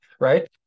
right